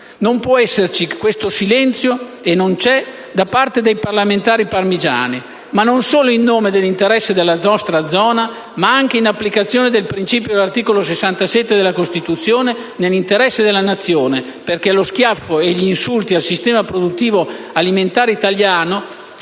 Non può esserci questo silenzio e non c'è da parte dei parlamentari parmigiani. E non solo in nome dell'interesse della nostra zona, ma anche, in applicazione del principio dell'articolo 67 della Costituzione, nell'interesse della Nazione perché lo schiaffo e gli insulti al sistema produttivo alimentare italiano